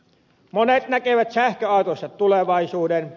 monet näkevät sähköautoissa tulevaisuuden